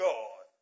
God